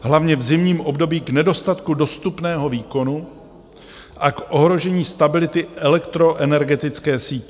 hlavně v zimním období k nedostatku dostupného výkonu a k ohrožení stability elektroenergetické sítě.